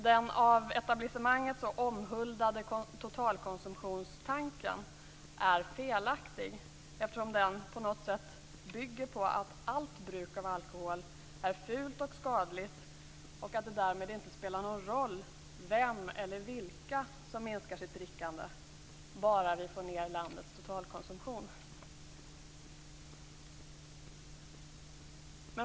Den av etablissemanget så omhuldade totalkonsumtionstanken är felaktig, eftersom den på något sätt bygger på att allt bruk av alkohol är fult och skadligt och att det därmed inte spelar någon roll vem eller vilka som minskar sitt drickande - bara vi får ned landets totalkonsumtion.